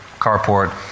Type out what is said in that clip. carport